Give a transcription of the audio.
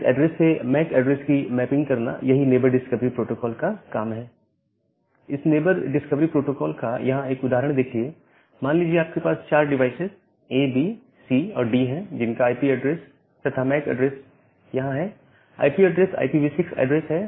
IPv6 address से MAC address की mapping करना यही नेबर डिस्कवरी प्रोटोकॉल का काम है इस नेबर डिस्कवरी प्रोटोकॉल का यहां एक उदाहरण देखिए मान लीजिए आपके पास 4 डिवाइसेज A B C और D हैं जिनका आईपी ऐड्रेस तथा मैक ऐड्रेस यहां है आईपी ऐड्रेस IPv6 एड्रेस है